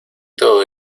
todo